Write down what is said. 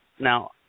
Now